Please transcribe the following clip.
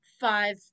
five